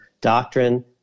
doctrine